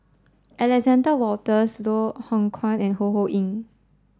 Alexander Wolters Loh Hoong Kwan and Ho Ho Ying